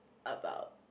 about